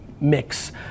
mix